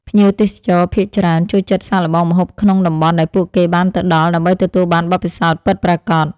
ភ្ញៀវទេសចរភាគច្រើនចូលចិត្តសាកល្បងម្ហូបក្នុងតំបន់ដែលពួកគេបានទៅដល់ ដើម្បីទទួលបានបទពិសោធន៍ពិតប្រាកដ។